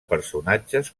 personatges